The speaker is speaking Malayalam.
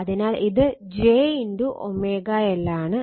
അതിനാൽ ഇത് j L ആണ്